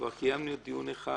כבר קיימנו דיון אחד,